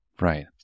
right